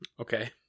Okay